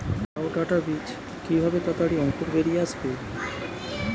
লাউ ডাটা বীজ কিভাবে তাড়াতাড়ি অঙ্কুর বেরিয়ে আসবে?